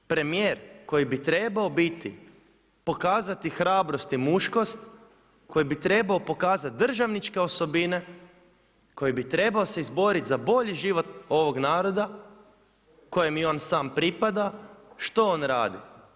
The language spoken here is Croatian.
Premijer koji bi trebao biti, pokazati hrabrost i muškost, koji bi trebao pokazati državničke osobine, koji bi trebao se izboriti za bolji život ovog naroda kojem i on sam pripada, što on radi?